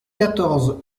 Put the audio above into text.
quatorze